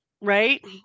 Right